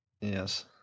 Yes